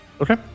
Okay